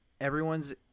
everyone's